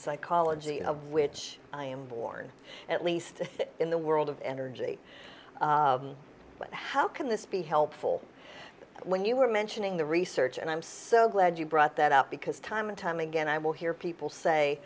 psychology of which i am born at least in the world of energy but how can this be helpful when you were mentioning the research and i'm so glad you brought that up because time and time again i will hear people say